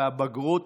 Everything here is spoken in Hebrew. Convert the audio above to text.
הבגרות